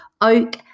oak